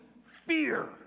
fear